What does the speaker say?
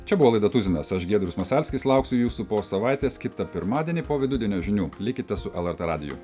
čia buvo laida tuzinas aš giedrius masalskis lauksiu jūsų po savaitės kitą pirmadienį po vidudienio žinių likite su lrt radiju